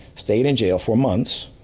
stayed in jail, for months,